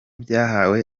byahawe